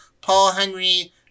Paul-Henry